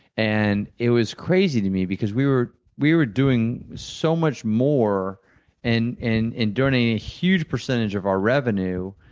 and it was crazy to me, because we were we were doing so much more and and and donating a huge percentage of our revenue,